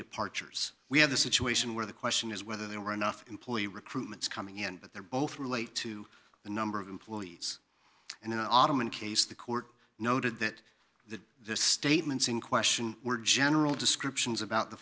departures we had a situation where the question is whether there were enough employee recruitments coming in but they're both relate to the number of employees and in autumn in case the court noted that the statements in question were general descriptions about the